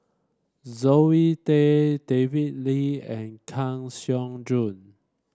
Zoe Tay David Lee and Kang Siong Joo